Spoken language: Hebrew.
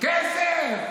כסף,